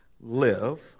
live